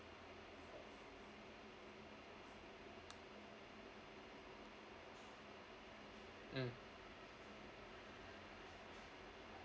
mm